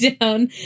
down